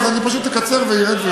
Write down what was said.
אז אני פשוט אקצר וארד.